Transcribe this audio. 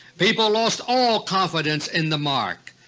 people lost all confidence in the mark,